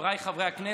חבריי חברי הכנסת,